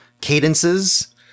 cadences